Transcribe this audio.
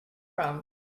from